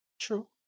True